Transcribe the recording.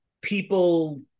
people